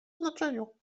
znaczeniu